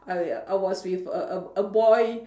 I I was with a a a boy